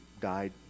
died